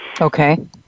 Okay